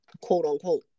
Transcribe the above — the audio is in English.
quote-unquote